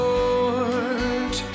Lord